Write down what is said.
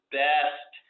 best